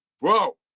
Bro